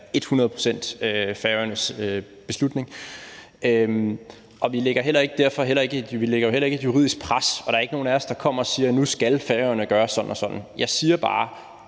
Færøernes beslutning. Vi lægger derfor heller ikke et juridisk pres, og der er ikke nogen af os, der kommer og siger, at nu skal Færøerne gøre sådan og sådan. Jeg siger bare,